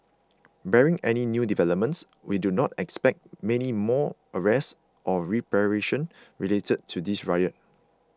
barring any new developments we do not expect many more arrest or repatriation related to this riot